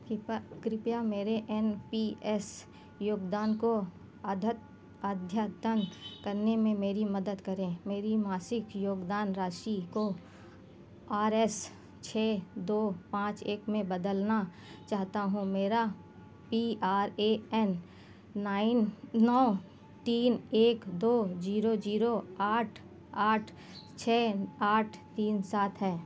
कृपा कृपया मेरे एन पी एस योगदान को अधत अद्यतन करने में मेरी मदद करें मेरी मासिक योगदान राशि को आर एस छः दो पाँच एक में बदलना चाहता हूँ मेरा P R A N nine नौ तीन एक दो जीरो जीरो आठ आठ छः आठ तीन सात है